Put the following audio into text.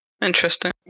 Interesting